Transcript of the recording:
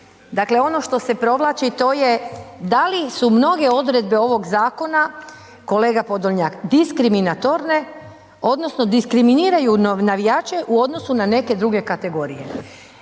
Dakle, ono što se provlači, to je, da li su mnoge odredbe ovog zakona, kolega Podolnjak, diskriminatorne, odnosno diskriminiraju navijače u odnosu na neke druge kategorije.